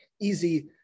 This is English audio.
easy